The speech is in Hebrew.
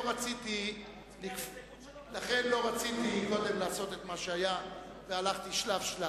לא רציתי קודם לעשות את מה שהיה והלכתי שלב-שלב.